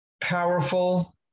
powerful